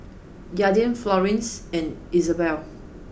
Aydin Florence and Izabella